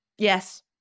Yes